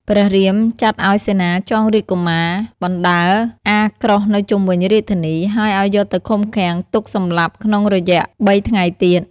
ព្រះរាមចាត់ឱ្យសេនាចងរាជកុមារបណ្តើរអាក្រោសនៅជុំវិញរាជធានី ហើយឱ្យយកទៅឃុំឃាំងទុកសម្លាប់ក្នុងរយះបីថ្ងៃទៀត។